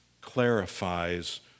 clarifies